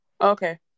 Okay